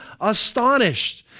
astonished